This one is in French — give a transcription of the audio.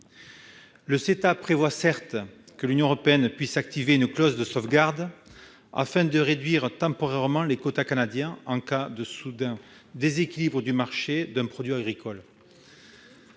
le CETA prévoit que l'Union européenne puisse activer une « clause de sauvegarde », afin de réduire temporairement les quotas canadiens en cas de soudain « déséquilibre du marché d'un produit agricole